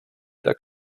tak